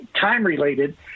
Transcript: time-related